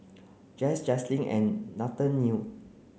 Jens Jaslyn and Nathaniel